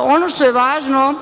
Ono